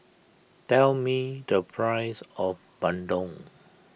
tell me the price of Bandung